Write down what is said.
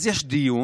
אז יש דיון.